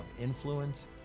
influence